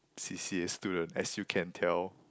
c_c_a student as you can tell